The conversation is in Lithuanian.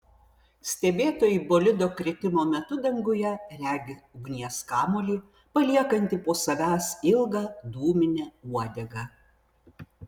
stebėtojai bolido kritimo metu danguje regi ugnies kamuolį paliekantį po savęs ilgą dūminę uodegą